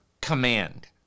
command